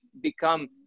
become